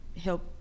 help